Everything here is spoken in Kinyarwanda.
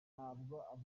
avugwaho